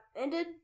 ended